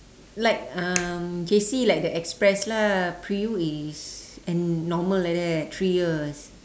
like um J_C like the express lah pre U is n~ normal like that three years